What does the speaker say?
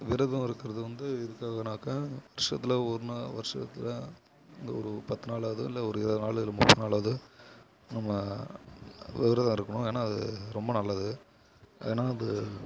விரதம் இருக்கிறது வந்து எதுக்காகனாக்கா வருஷத்தில் ஒரு வருஷத்தில் இந்த ஒரு பத்து நாளாவது இல்லை ஒரு இருபது நாள் இல்லை முப்பது நாளாவது நம்ம விரதம் இருக்கணும் ஏன்னா அது ரொம்ப நல்லது ஏன்னா அது